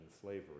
slavery